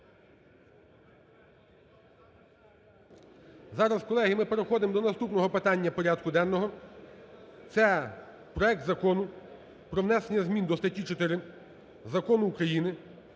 Зараз, колеги, ми переходимо до наступного питання порядку денного. Це проект Закону про внесення змін до статті 4 Закону України